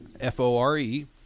F-O-R-E